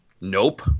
nope